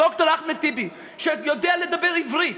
ד"ר אחמד טיבי, שיודע לדבר עברית,